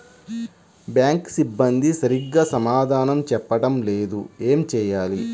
Bank సిబ్బంది సరిగ్గా సమాధానం చెప్పటం లేదు ఏం చెయ్యాలి?